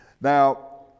Now